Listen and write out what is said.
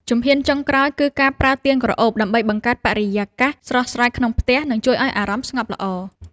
ជំហានចុងក្រោយគឺការប្រើទៀនក្រអូបដើម្បីបង្កើតបរិយាកាសស្រស់ស្រាយក្នុងផ្ទះ និង ជួយឱ្យអារម្មណ៍ស្ងប់ល្អ